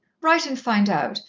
write and find out.